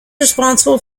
responsible